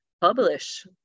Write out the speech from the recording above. publish